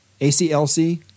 ACLC